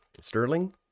sterling